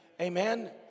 Amen